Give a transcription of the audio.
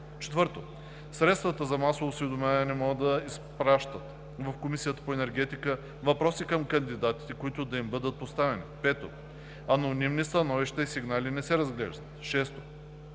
4. Средствата за масово осведомяване могат да изпращат в Комисията по енергетика въпроси към кандидатите, които да им бъдат поставени. 5. Анонимни становища и сигнали не се разглеждат. 6.